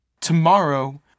Tomorrow